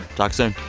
talk soon